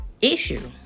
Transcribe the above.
issue